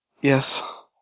yes